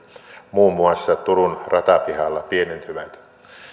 muun muassa turun ratapihalla pienentyvät